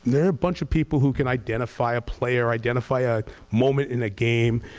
there are bunch of people who can identify a player or identify ah a moment in a game,